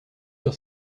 sur